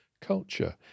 culture